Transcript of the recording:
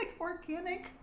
organic